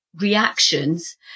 reactions